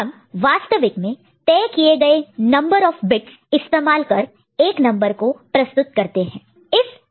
हम वास्तविक में तय किए गए नंबर ऑफ बिट्स इस्तेमाल कर एक नंबर को प्रस्तुत प्रेजेंट present करते हैं